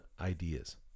ideas